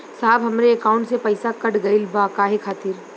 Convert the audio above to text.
साहब हमरे एकाउंट से पैसाकट गईल बा काहे खातिर?